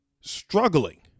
struggling